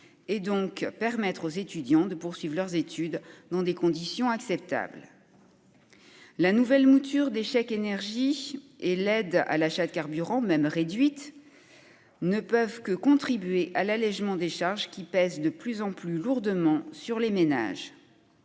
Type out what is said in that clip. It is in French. afin que les étudiants puissent poursuivre leurs études dans des conditions acceptables. La nouvelle mouture des chèques énergies et l'aide à l'achat de carburant, même réduite, ne peuvent que contribuer à l'allégement des charges qui pèsent de plus en plus lourdement sur les ménages.